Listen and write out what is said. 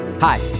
Hi